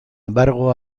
embargo